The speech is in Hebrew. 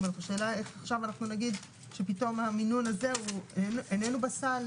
השאלה איך נגיד שהמינון הזה פתאום אינו בסל,